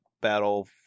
battle